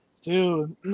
Dude